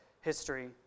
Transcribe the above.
history